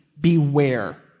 beware